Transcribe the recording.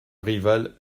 rival